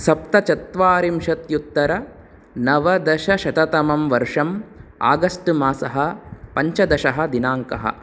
सप्तचत्वारिंशत्युत्तरनवदशशततमं वर्षम् आगस्ट् मासः पञ्चदशः दिनाङ्कः